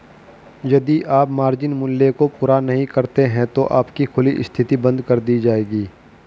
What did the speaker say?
यदि आप मार्जिन मूल्य को पूरा नहीं करते हैं तो आपकी खुली स्थिति बंद कर दी जाएगी